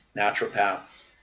naturopaths